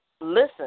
Listen